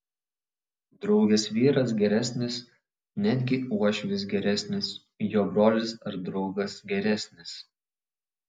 draugės vyras geresnis netgi uošvis geresnis jo brolis ar draugas geresnis